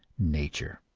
nature.